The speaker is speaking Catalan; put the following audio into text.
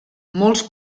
molts